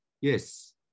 yes